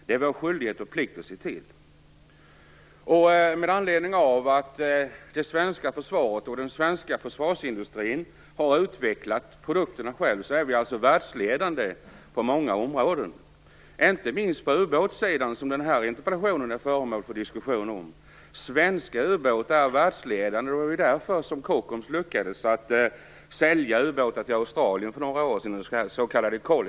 Det är vår skyldighet och plikt att se till. Med anledning av att det svenska försvaret och den svenska försvarsindustrin själva har utvecklat produkterna är Sverige världsledande på många områden, inte minst på ubåtssidan, som den här interpellationen är föremål för diskussion om. Svenska ubåtar är världsledande, och det är därför som Kockums lyckades sälja ubåtar till Australien för några år sedan.